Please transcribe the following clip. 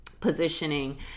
positioning